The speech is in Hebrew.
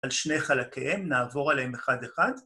על שני חלקיהם, נעבור עליהם אחד אחד.